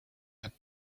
had